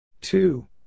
Two